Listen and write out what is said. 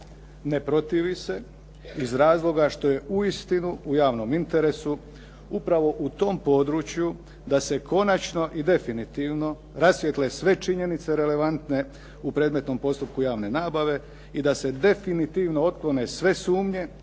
Ne protivi se iz razloga što je uistinu u javnom interesu upravo u tom području da se konačno i definitivno rasvijetle sve činjenice relevantne u predmetnom postupku javne nabave i da se definitivno otklone sve sumnje,